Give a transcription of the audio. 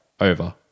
over